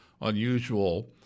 unusual